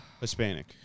Hispanic